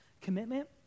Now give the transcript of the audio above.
commitment